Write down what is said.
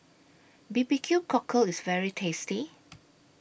B B Q Cockle IS very tasty